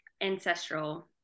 ancestral